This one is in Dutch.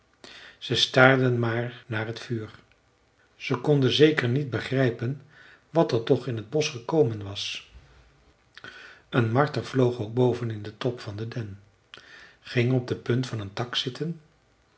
ze staarden maar naar het vuur ze konden zeker niet begrijpen wat er toch in het bosch gekomen was een marter vloog ook boven in den top van den den ging op de punt van een tak zitten